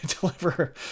deliver